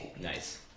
Nice